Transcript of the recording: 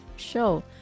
show